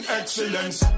excellence